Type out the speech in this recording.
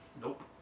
Nope